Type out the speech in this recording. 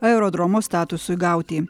aerodromo statusui gauti